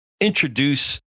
introduce